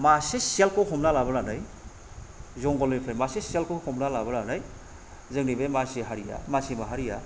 मासे सियालखौ हमना लाबोनानै जंगलनिफ्राय मासे सियालखौ हमना लाबोनानै जोंनि बे मानसि हारिया मानसि माहारिया